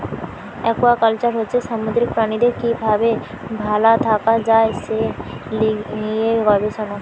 aquaculture হচ্ছে সামুদ্রিক প্রাণীদের কি ভাবে ভাল থাকা যায় সে লিয়ে গবেষণা